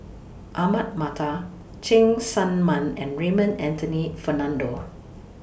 Ahmad Mattar Cheng Tsang Man and Raymond Anthony Fernando